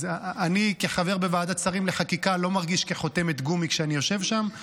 אני כחבר בוועדת שרים לחקיקה לא מרגיש כחותמת גומי כשאני יושב שם.